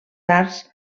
arts